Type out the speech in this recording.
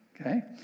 Okay